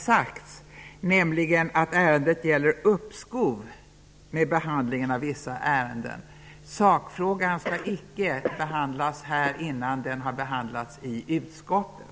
Jag måste erinra om vad som sagts, nämligen att ärendet gäller uppskov med behandlingen av vissa ärenden. Sakfrågan skall icke behandlas här i kammaren nu innan den behandlats i utskottet.